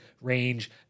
range